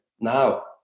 now